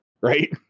Right